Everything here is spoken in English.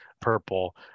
purple